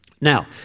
Now